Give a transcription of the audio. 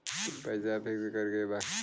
पैसा पिक्स करके बा?